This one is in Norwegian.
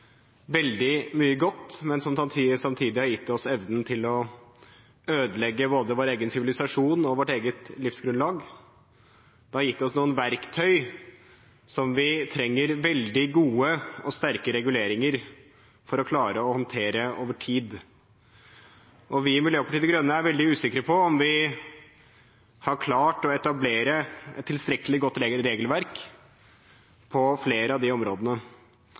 veldig mye godt, men som samtidig har gitt oss evnen til å ødelegge både vår egen sivilisasjon og vårt eget livsgrunnlag. Det har gitt oss noen verktøy som vi trenger veldig gode og sterke reguleringer for å klare å håndtere over tid. Vi i Miljøpartiet De Grønne er veldig usikre på om vi har klart å etablere et tilstrekkelig godt regelverk på flere av de områdene.